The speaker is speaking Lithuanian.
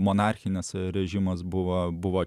monarchinis režimas buvo buvo